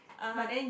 (uh huh)